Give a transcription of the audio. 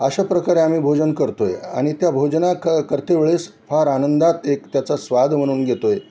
अशा प्रकारे आम्ही भोजन करतो आहे आणि त्या भोजना क करते वेळेस फार आनंदात एक त्याचा स्वाद म्हणून घेतो आहे